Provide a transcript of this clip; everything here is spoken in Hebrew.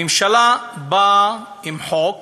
הממשלה באה עם חוק